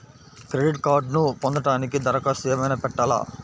Credit కార్డ్ను పొందటానికి దరఖాస్తు ఏమయినా పెట్టాలా?